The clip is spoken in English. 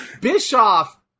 Bischoff